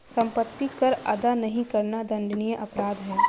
सम्पत्ति कर अदा नहीं करना दण्डनीय अपराध है